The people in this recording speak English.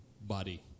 body